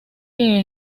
que